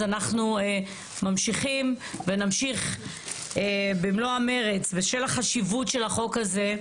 אז אנחנו ממשיכים ונמשיך במלוא המרץ בשל החשיבות של החוק הזה,